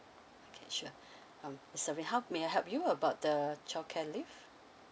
okay sure um serene how may I help you about the childcare leave